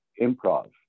improv